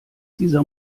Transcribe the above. dieser